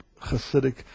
Hasidic